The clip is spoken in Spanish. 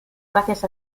gracias